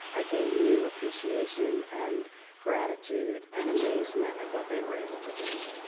i gain new appreciation and gratitude and amazement at what they were able to do.